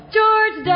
George